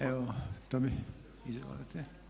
Evo, to bi … [[Upadica se ne razumije.]] Izvolite?